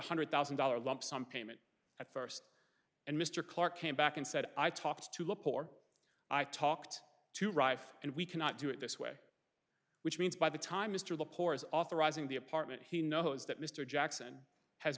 a hundred thousand dollars lump sum payment at first and mr clark came back and said i talked to look for i talked to arrive and we cannot do it this way which means by the time mr the poor is authorizing the apartment he knows that mr jackson has